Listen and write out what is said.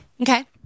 Okay